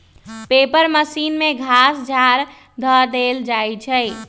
paper machine में घास झाड़ ध देल जाइ छइ